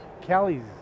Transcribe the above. Kelly's